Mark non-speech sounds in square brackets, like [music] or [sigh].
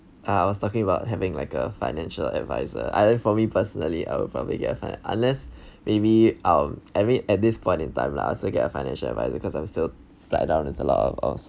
ah I was talking about having like a financial adviser I I for me personally I would probably get a finan~ unless maybe um [noise] I mean at this point in time lah I also get a financial advisor because I'm still tied down in lot of of